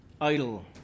idle